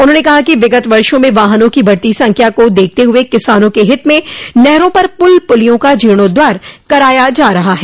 उन्होंने कहा कि विगत वर्षो में वाहनों की बढ़ती संख्या को देखते हुए और किसानों के हित में नहरों पर पुल पुलियों का जीर्णोद्धार कराया जा रहा है